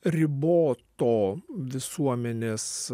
riboto visuomenės